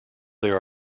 there